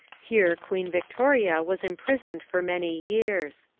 here queen victoria was imprisoned for many years.